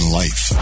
life